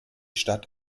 stadt